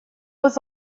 was